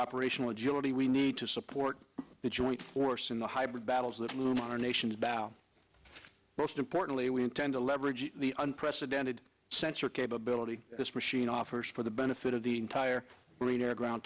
operational agility we need to support the joint force in the hybrid battles that loom on our nation's bow most importantly we intend to leverage the unprecedented sensor capability this machine offers for the benefit of the entire arena ground